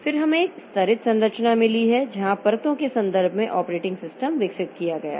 फिर हमें एक स्तरित संरचना भी मिली है जहां परतों के संदर्भ में ऑपरेटिंग सिस्टम विकसित किया गया है